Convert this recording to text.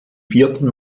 vierten